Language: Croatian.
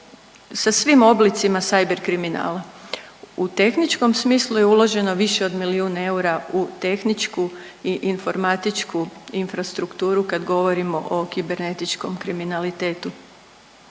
sa svim oblicima cyber kriminala. U tehničkom smislu je uloženo više od milijun eura u tehničku i informatičku infrastrukturu kad govorimo o kibernetičkom kriminalitetu.